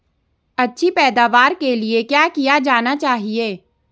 अच्छी पैदावार के लिए क्या किया जाना चाहिए?